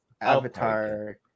avatar